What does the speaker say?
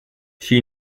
she